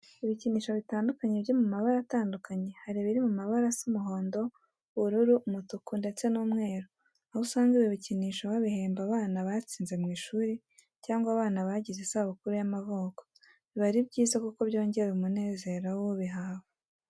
Ibicyinisho bitandukanye byo mu mabara atandukanye hari ibiri mu mabara asa umuhondo, ubururu, umutuku ndetse n'umweru aho usanga ibi bicyinisho babihemba abana batsinze mu ishuri cyangwa abana bajyize isabukuru y'amavuko. Biba ari byiza kuko byongera umunezero w'ubihawe.